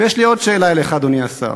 ויש לי עוד שאלה אליך, אדוני השר: